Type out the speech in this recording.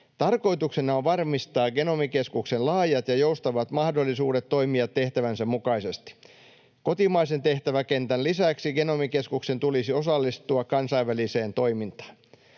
Tarkoituksena on varmistaa Genomikeskuksen laajat ja joustavat mahdollisuudet toimia tehtävänsä mukaisesti. Kotimaisen tehtäväkentän lisäksi Genomikeskuksen tulisi osallistua kansainväliseen toimintaan.